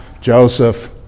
Joseph